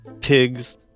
pigs